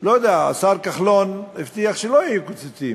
לא יודע, השר כחלון הבטיח שלא יהיו קיצוצים.